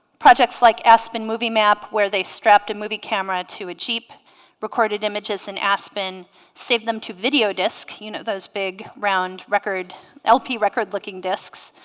projects like aspen movie map where they strapped a movie camera to a jeep recorded images in aspen saved them to video discs you know those big round record lp record looking discs